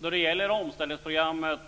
Fru talman!